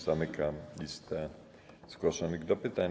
Zamykam listę zgłoszonych do pytań.